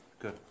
Good